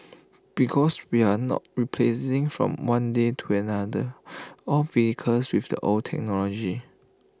because we are not replacing from one day to another all vehicles with the old technology